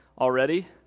already